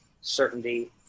certainty